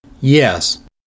Yes